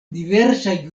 diversaj